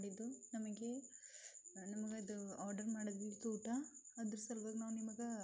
ಮಾಡಿದ್ದು ನಮಗೆ ನಮ್ಮದು ಆರ್ಡರ್ ಮಾಡಿದ್ದು ಊಟ ಅದರ ಸಲುವಾಗಿ ನಾವು ನಿಮ್ಗೆ